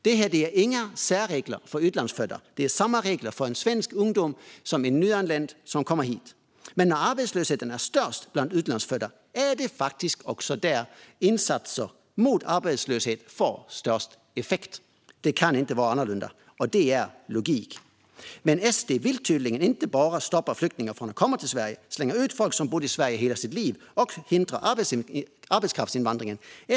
Det är inga särregler för utlandsfödda. Det är samma regler för en svensk ungdom som för en nyanländ som kommer hit. Men när arbetslösheten är störst bland utlandsfödda är det också där som insatser mot arbetslöshet får störst effekt. Det kan inte vara annorlunda. Det är logik. Men SD vill tydligen inte bara stoppa flyktingar från att komma till Sverige, slänga ut folk som har bott i Sverige hela sitt liv och hindra arbetskraftsinvandring.